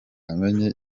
amenye